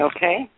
Okay